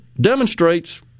demonstrates